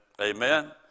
Amen